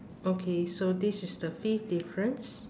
okay so this is the fifth difference